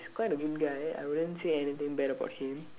it's quite a good guy I wouldn't say anything bad about him